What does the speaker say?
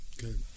good